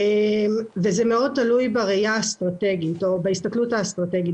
וזה מאוד תלוי בראייה האסטרטגית או בהסתכלות האסטרטגית.